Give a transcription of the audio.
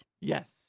Yes